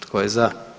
Tko je za?